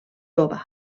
tova